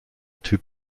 typ